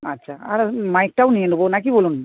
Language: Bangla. আচ্ছা আর মাইকটাও নিয়ে নেবো নাকি বলুন